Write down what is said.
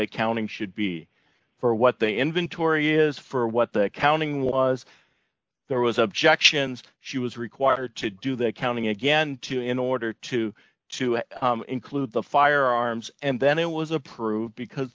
accounting should be for what the inventory is for what the accounting was there was objections she was required to do that counting again in order to to include the firearms and then it was approved because